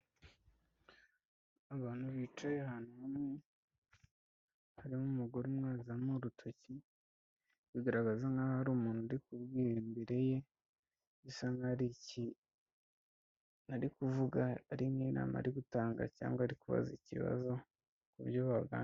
Abantu bicaye ahantu hamwe, harimo umugore umwe wazamuye urutoki, bigaragaza nkaho ari umuntu ari kubwira imbere ye, bisa nkaho hari ikintu ari kuvuga, ari nk'inama ari gutanga cyangwa ari kubaza ikibazo ku buryo...